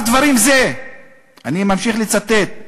אני ממשיך לצטט: